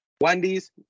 Wendy's